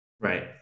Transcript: Right